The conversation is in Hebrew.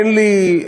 אין לי,